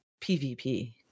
PvP